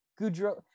goudreau